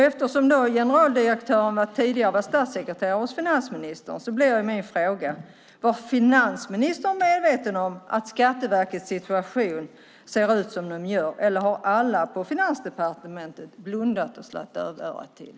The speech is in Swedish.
Eftersom generaldirektören tidigare var statssekreterare hos finansministern undrar jag: Var finansministern medveten om Skatteverkets situation eller har alla på Finansdepartementet blundat och slagit dövörat till?